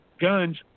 Guns